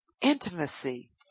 intimacy